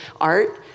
art